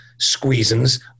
squeezins